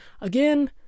again